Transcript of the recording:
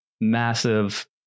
Massive